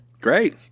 Great